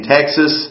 Texas